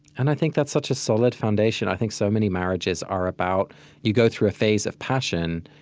and i think that's such a solid foundation. i think so many marriages are about you go through a phase of passion,